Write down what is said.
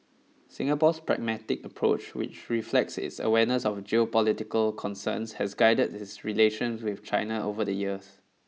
Singapore's pragmatic approach which reflects its awareness of geopolitical concerns has guided its relations with China over the years